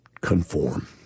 conform